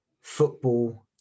football